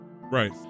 right